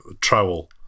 trowel